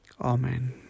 Amen